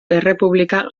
errepublika